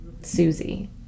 Susie